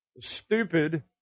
Stupid